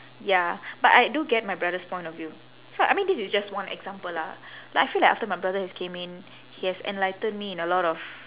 ya but I do get my brother's point of view so I mean this is just one example lah like I feel like after my brother has came in he has enlightened me in a lot of